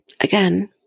Again